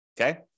Okay